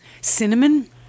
Cinnamon